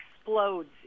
explodes